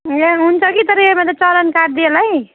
ए हुन्छ कि तर यहाँ मैल त चलन काट्दिए लै